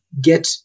get